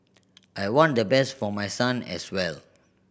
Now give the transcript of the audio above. I want the best for my son as well